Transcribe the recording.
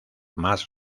más